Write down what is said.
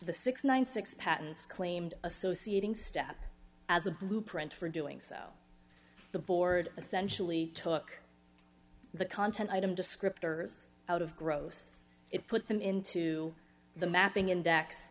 and ninety six patents claimed associating step as a blueprint for doing so the board essentially took the content item descriptors out of gross it put them into the mapping index